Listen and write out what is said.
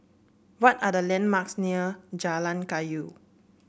what are the landmarks near Jalan Kayu